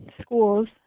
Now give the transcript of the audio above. schools